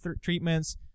treatments